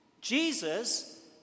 Jesus